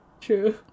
True